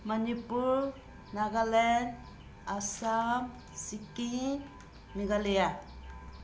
Manipur Nagaland Assam Sikkim Meghalaya